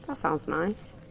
um sounds nice.